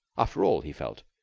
after all, he felt,